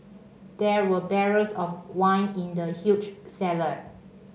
there were barrels of wine in the huge cellar